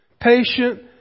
patient